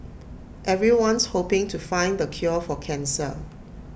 everyone's hoping to find the cure for cancer